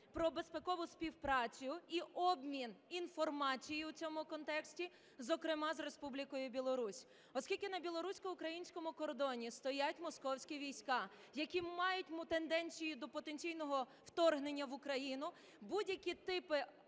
про безпекову співпрацю і обмін інформацією у цьому контексті, зокрема, з Республікою Білорусь, оскільки на білорусько-українському кордоні стоять московські війська, які мають тенденцію до потенційного вторгнення в Україну. Будь-які типи